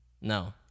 No